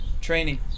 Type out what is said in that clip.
training